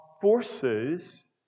forces